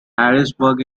harrisburg